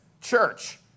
Church